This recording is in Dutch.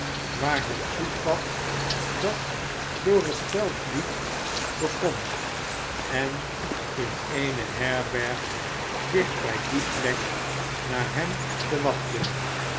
waar het voetpad dat door het veld liep begon en in eene herberg dicht bij die plek naar hem te wachten